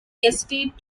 estate